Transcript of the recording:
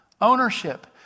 Ownership